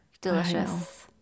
Delicious